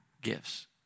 gifts